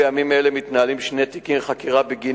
בימים אלה מתנהלים שני תיקי חקירה בגין